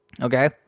Okay